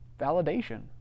validation